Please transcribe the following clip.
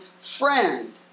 friend